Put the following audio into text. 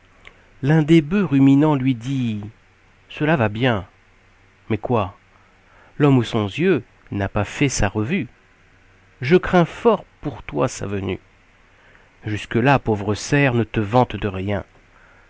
l'un des bœufs ruminant lui dit cela va bien mais quoi l'homme aux cent yeux n'a pas fait sa revue je crains fort pour toi sa venue jusque-là pauvre cerf ne te vante de rien